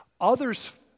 Others